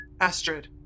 Astrid